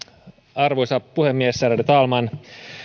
arvoisa puhemies ärade talman